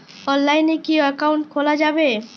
অনলাইনে কি অ্যাকাউন্ট খোলা যাবে?